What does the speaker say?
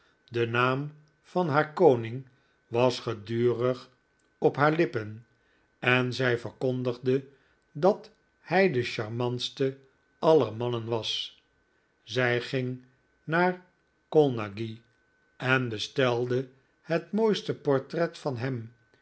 de naam van haar koning was gedurig op haar lippen en zij verkondigde dat hij de charmantste aller mannen was zij ging naar colnaghi en bestelde het mooiste portret van hem